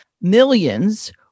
millions